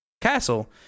castle